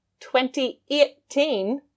2018